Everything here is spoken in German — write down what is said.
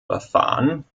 verfahren